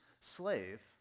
slave